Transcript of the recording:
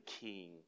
king